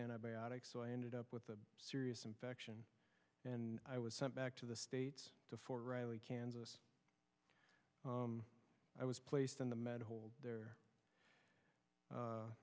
antibiotics so i ended up with a serious infection and i was sent back to the states to fort riley kansas i was placed on the med hold there